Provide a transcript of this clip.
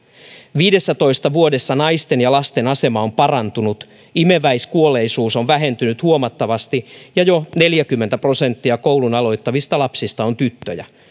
viidessätoista vuodessa naisten ja lasten asema on parantunut imeväiskuolleisuus on vähentynyt huomattavasti ja jo neljäkymmentä prosenttia koulun aloittavista lapsista on tyttöjä